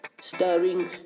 Starring